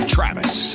Travis